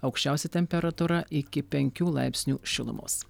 aukščiausia temperatūra iki penkių laipsnių šilumos